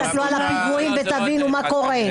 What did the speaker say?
תסתכלו על הפיגועים ותבינו מה קורה,